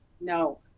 No